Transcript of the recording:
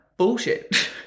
bullshit